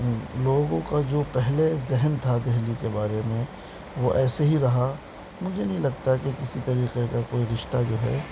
لوگوں کا جو پہلے ذہن تھا دہلی کے بارے میں وہ ایسے ہی رہا مجھے نہیں لگتا کہ کسی طریقے کا کوئی رشتہ جو ہے